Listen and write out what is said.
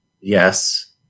Yes